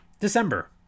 December